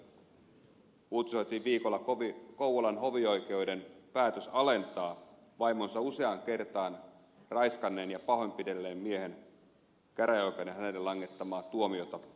tähän samaan aiheeseen liittyen uutisoitiin viikolla kouvolan hovioikeuden päätös alentaa vaimonsa useaan kertaan raiskanneen ja pahoinpidelleen miehen käräjäoikeuden hänelle langettamaa tuomiota